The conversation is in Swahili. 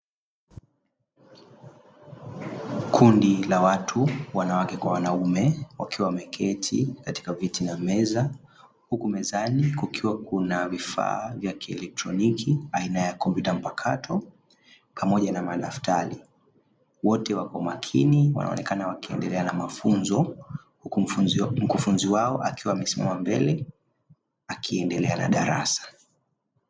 Kundi la watu, wanawake kwa wanaume wakiwa wameketi katika viti na meza huku mezani kukiwa na vifaa vya kielektroniki aina ya kompyuta mpakato pamoja na madaftari, wote wako makini wanaonekana wakiendelea na mafunzo huku mkufunzi wao akiwa amesimama mbele akiendelea na darasa.